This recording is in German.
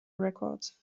records